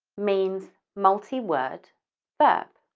means multi-word verb.